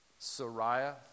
Sariah